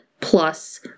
plus